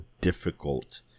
difficult